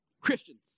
Christians